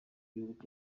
gihugu